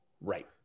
Right